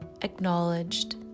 acknowledged